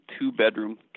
two-bedroom